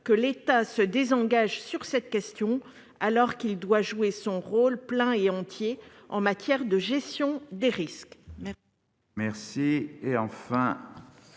que l'État se désengage de cette question, alors qu'il doit jouer son rôle plein et entier en matière de gestion des risques.